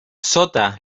sota